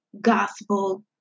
gospel